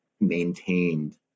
maintained